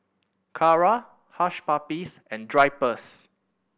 Kara Hush Puppies and Drypers